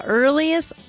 earliest